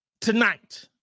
tonight